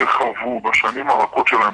שחוו בשנים הרכות שלהם,